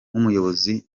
nk’umuyobozi